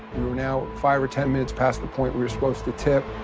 we were now five or ten minutes past the point we were supposed to tip.